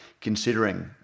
considering